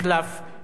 דוגמת הרמזור